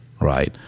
right